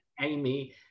Amy